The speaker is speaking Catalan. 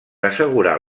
assegurar